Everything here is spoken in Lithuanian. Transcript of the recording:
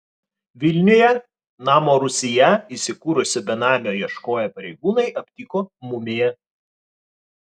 vilniuje namo rūsyje įsikūrusio benamio ieškoję pareigūnai aptiko mumiją